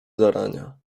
zarania